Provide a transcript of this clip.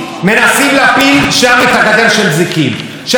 ממשלת ישראל הזאת והקבינט הביטחוני,